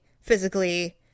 physically